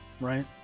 right